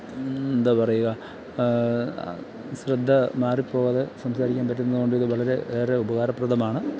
എന്താ പറയുക ശ്രദ്ധ മാറിപോവാതെ സംസാരിക്കാൻ പറ്റുന്നത് കൊണ്ട് ഇത് വളരെ ഏറെ ഉപകാരപ്രദമാണ്